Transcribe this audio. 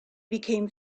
became